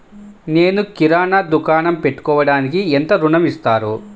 నేను కిరాణా దుకాణం పెట్టుకోడానికి ఎంత ఋణం ఇస్తారు?